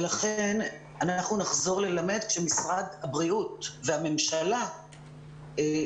ולכן אנחנו נחזור ללמד כשמשרד הבריאות והממשלה